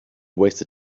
wasted